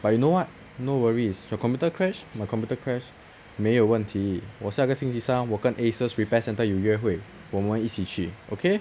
but you know what no worries your computer crash my computer crash 没有问题我下个星期三我跟 Aces repair centre 有约会我们一起去 okay